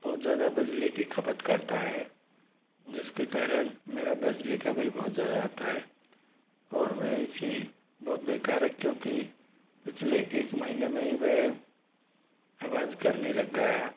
बहुत ज़्यादा बिजली की खपत करता है जिसके कारण मेरा बिजली का बिल बहुत ज़्यादा आता है और वह ए सी बहुत बेकार है क्योंकि पिछले एक महीने में ही वह आवाज करने लग गया